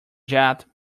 jet